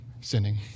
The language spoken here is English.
sinning